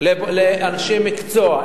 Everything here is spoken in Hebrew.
לאנשי מקצוע.